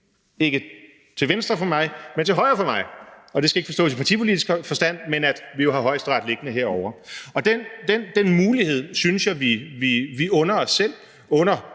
ikke til venstre for mig, men til højre for mig, og det skal ikke forstås i partipolitisk forstand – hvor vi jo har Højesteret liggende. Den mulighed synes jeg vi skal unde os selv,